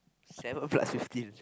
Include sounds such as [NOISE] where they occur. seven [LAUGHS] plus fifteen